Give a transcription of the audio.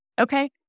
Okay